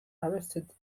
arrested